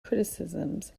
criticisms